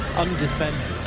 undefended